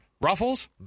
Ruffles